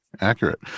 accurate